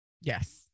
Yes